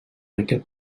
aquest